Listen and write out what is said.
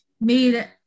made